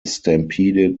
stampede